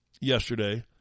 yesterday